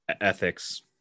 ethics